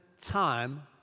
time